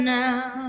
now